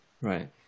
right